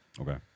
Okay